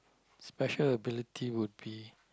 special ability would be